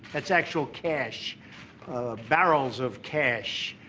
that's actual cash barrels of cash.